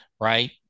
right